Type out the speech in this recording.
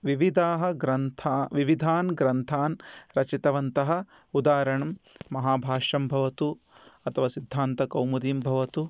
विविधाः ग्रन्था विविधान् ग्रन्थान् रचितवन्तः उदाहरणं महाभाष्यं भवतु अथवा सिद्धान्तकौमुदीं भवतु